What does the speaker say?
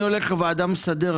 אני הולך לוועדה המסדרת,